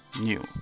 new